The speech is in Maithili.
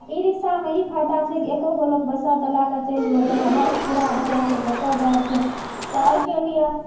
ई रिक्शामे ई फायदा छै कि एको गो लोग बैसि कऽ चलि गेल जेना बस पूरा भरै छै तब जाइत छै तऽ एहिके लिए